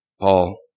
Paul